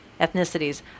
ethnicities